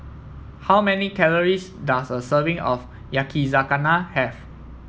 how many calories does a serving of Yakizakana have